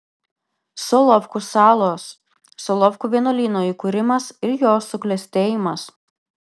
solovkų salos solovkų vienuolyno įkūrimas ir jo suklestėjimas